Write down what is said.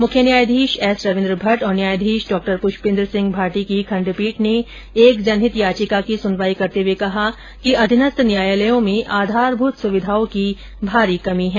मुख्य न्यायाधीश एस रविंद्र भट्ट तथा न्यायाधीश डॉपुष्पेंद्रसिंह भाटी की खंडपीठ ने एक जनहित याचिका की सुनवाई करते हुए कहा कि अधीनस्थ न्यायालयों में आधारभूत सुविधाओं की भारी कमी है